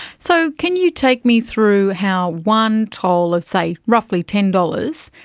so can you take me through how one toll of say roughly ten dollars,